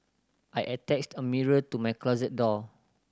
I attached a mirror to my closet door